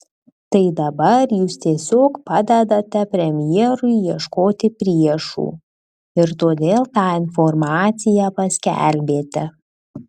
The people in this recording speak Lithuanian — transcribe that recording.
tai dabar jūs tiesiog padedate premjerui ieškoti priešų ir todėl tą informaciją paskelbėte